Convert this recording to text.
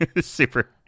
super